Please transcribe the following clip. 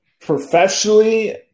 Professionally